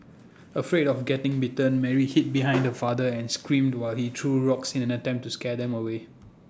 afraid of getting bitten Mary hid behind her father and screamed while he threw rocks in an attempt to scare them away